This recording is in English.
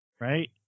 right